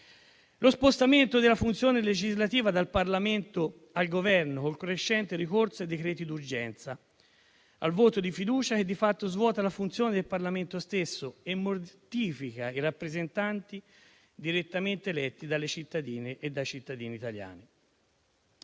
Lo spostamento della funzione legislativa dal Parlamento al Governo, con il crescente ricorso ai decreti d'urgenza e al voto di fiducia, di fatto svuota la funzione del Parlamento stesso e mortifica i rappresentanti direttamente eletti dalle cittadine e dai cittadini italiani.